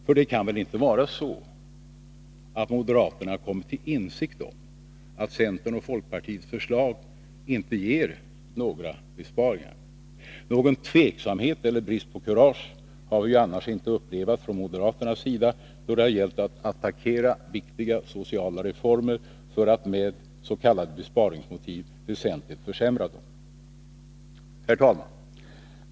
För det kan väl inte vara så att ” moderaterna kommit till insikt om att centerns och folkpartiets förslag inte ger några besparingar? Någon tveksamhet eller brist på kurage har vi ju annars inte upplevat från moderaternas sida då det gällt att attackera viktiga sociala reformer för att med s.k. besparingsmotiv väsentligt försämra dem. Herr talman!